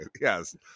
Yes